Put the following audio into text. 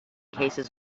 cases